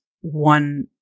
one